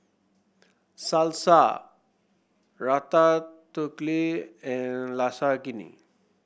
Salsa Ratatouille and Lasagne